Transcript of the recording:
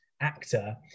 actor